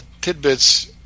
tidbits